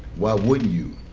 why wouldn't you